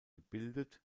gebildet